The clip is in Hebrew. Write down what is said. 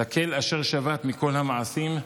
"לאל אשר שבת מכל המעשים,